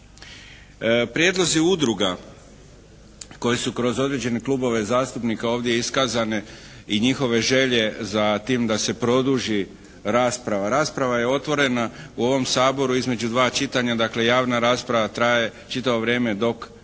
Prijedlozi udruga koje su kroz određene klubove zastupnika ovdje iskazane i njihove želje za tim da se produži rasprava. Rasprava je otvorena u ovom Saboru između dva čitanja, dakle javna rasprava traje čitavo vrijeme dok traje